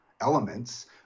elements